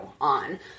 on